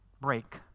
break